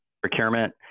procurement